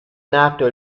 nato